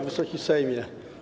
Wysoki Sejmie!